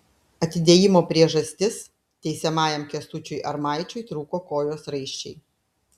atidėjimo priežastis teisiamajam kęstučiui armaičiui trūko kojos raiščiai